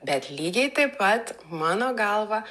bet lygiai taip pat mano galva